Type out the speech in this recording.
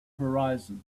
horizon